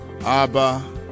Abba